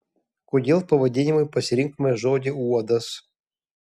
kodėl pavadinimui pasirinkome žodį uodas